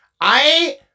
I-